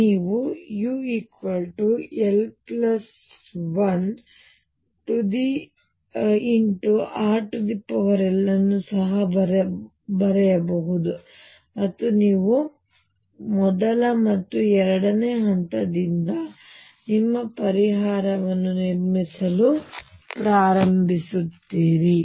ಆದ್ದರಿಂದ ನೀವುul1rl ಅನ್ನು ಸಹ ಬರೆಯಬಹುದು ಮತ್ತು ನೀವು ಮೊದಲ ಮತ್ತು ಎರಡನೆಯ ಹಂತದಿಂದ ನಿಮ್ಮ ಪರಿಹಾರವನ್ನು ನಿರ್ಮಿಸಲು ಪ್ರಾರಂಭಿಸುತ್ತೀರಿ